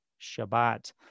Shabbat